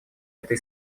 этой